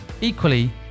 Equally